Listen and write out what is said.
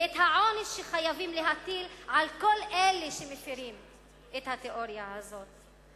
ואת העונש שחייבים להטיל על כל אלה שמפירים את התיאוריה הזאת.